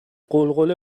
غلغله